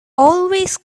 always